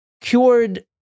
cured